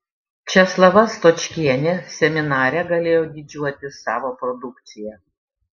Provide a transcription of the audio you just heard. česlava stočkienė seminare galėjo didžiuotis savo produkcija